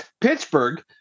Pittsburgh